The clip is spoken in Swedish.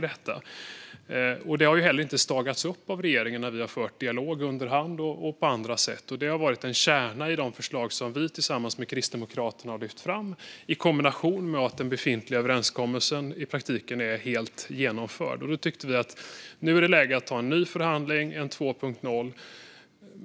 Det har inte heller stagats upp av regeringen när vi har fört dialog efter hand. Det har varit en kärna i de förslag som vi tillsammans med Kristdemokraterna har lyft fram i kombination med att den befintliga överenskommelsen i praktiken är helt genomförd. Därför tyckte vi att det var läge att ta en ny förhandling, en 2.0.